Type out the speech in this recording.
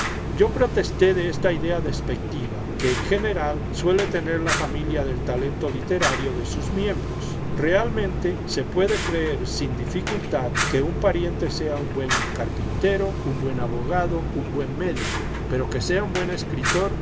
yo protesté de esta idea despectiva que en general suele tener la familia del talento literario de sus miembros realmente se puede creer sin dificultad que un pariente sea un buen carpintero un buen abogado un buen médico pero que sea un buen escritor